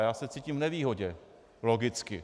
Já se cítím v nevýhodě, logicky.